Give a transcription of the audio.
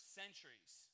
centuries